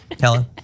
Helen